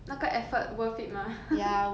那个 effort worth it 吗